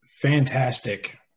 fantastic